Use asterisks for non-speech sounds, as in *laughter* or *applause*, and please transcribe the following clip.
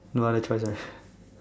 no other choice ah *breath*